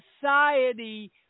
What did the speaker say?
society